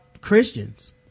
Christians